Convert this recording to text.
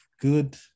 good